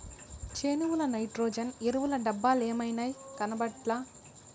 చేనుల నైట్రోజన్ ఎరువుల డబ్బలేమైనాయి, కనబట్లా